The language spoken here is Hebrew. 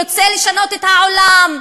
רוצה לשנות את העולם,